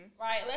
right